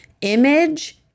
Image